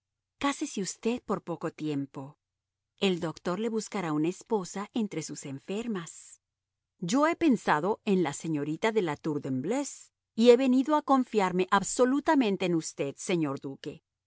conde cásese usted por poco tiempo el doctor le buscará una esposa entre sus enfermas yo he pensado en la señorita de la tour de embleuse y he venido a confiarme absolutamente en usted señor duque